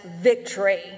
victory